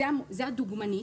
זו הדוגמנית,